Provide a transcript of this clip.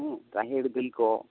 ᱨᱟᱦᱮᱲ ᱫᱟᱹᱞ ᱠᱚ